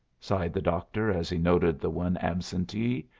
sighed the doctor, as he noted the one absentee.